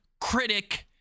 Critic